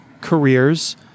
careers